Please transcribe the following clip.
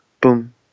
boom